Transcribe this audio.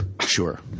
Sure